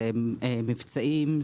זה מבצעים,